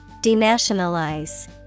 Denationalize